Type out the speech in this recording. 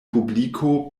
publiko